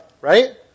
right